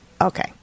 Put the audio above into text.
Okay